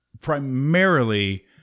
primarily